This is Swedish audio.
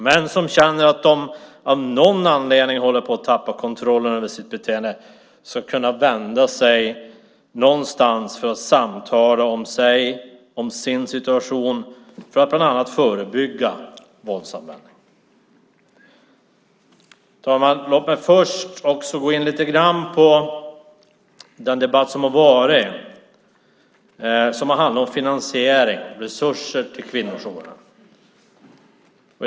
Män som känner att de av någon anledning håller på att tappa kontrollen över sitt beteende ska kunna vända sig någonstans för att samtala om sig och sin situation för att bland annat förebygga våldsanvändning. Herr talman! Låt mig först gå in lite grann på den debatt som har varit som har handlat om finansiering och resurser till kvinnojourerna.